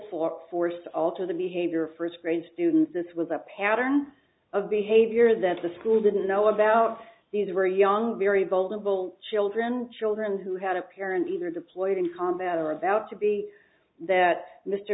force force to alter the behavior first grade students this was a pattern of behavior that the school didn't know about these were young very vulnerable children children who had a parent either deployed in combat or about to be that mr